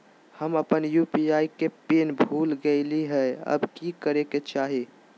हम अपन यू.पी.आई के पिन कोड भूल गेलिये हई, अब की करे के चाही?